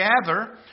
gather